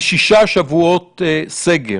לשישה שבועות סגר.